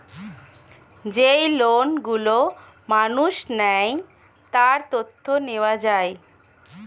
যেই লোন গুলো মানুষ নেয়, তার তথ্য নেওয়া যায়